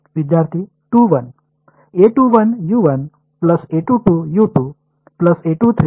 विद्यार्थी 2 1